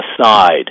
aside